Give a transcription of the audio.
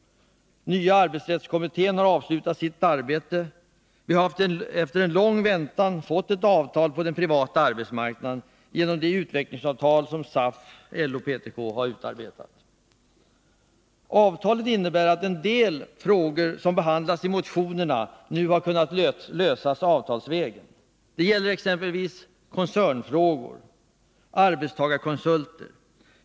Nya arbetsrättskommittén har avslutat sitt arbete. Vi har efter lång väntan fått ett avtal på den privata arbetsmarknaden genom det utvecklingsavtal som SAF-LO-PTK har utarbetat. Avtalet innebär att en del frågor som behandlats i motionerna nu har kunnat lösas avtalsvägen. Det gäller exempelvis koncernfrågor och arbetstagarkonsulter.